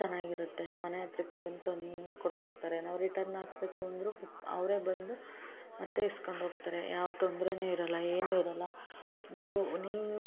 ಚೆನ್ನಾಗಿರುತ್ತೆ ಮನೆ ಹತ್ರಕ್ಕೆ ಬಂದು ತಂದು ಕೊಟ್ಟೋಗ್ತಾರೆ ನಾವು ರಿಟನ್ ಹಾಕ್ಬೇಕು ಅಂದರೂ ಅವರೇ ಬಂದು ಮತ್ತು ಇಸ್ಕೊಂಡು ಹೋಗ್ತರೆ ಯಾವ ತೊಂದರೇನು ಇರಲ್ಲ ಏನು ಇರಲ್ಲ ನೀವು ನೀವು